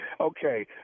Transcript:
Okay